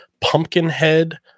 Pumpkinhead